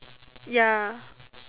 ya